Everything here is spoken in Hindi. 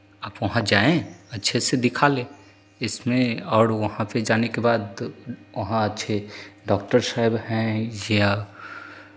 आप वहाँ जाएं अच्छे से दिखा लें इसमें और वहाँ पे जाने के बाद वहाँ अच्छे डॉक्टर साहेब हैं या